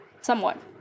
somewhat